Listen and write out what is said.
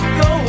go